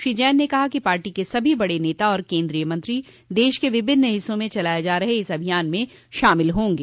श्री जैन ने कहा कि पार्टी के सभी बड़े नेता और केन्द्रीय मंत्री देश के विभिन्न हिस्सों में चलाए जा रहे इस अभियान में शामिल होंगे